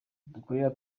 dukorera